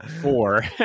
four